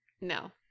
no